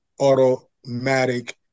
automatic